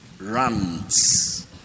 runs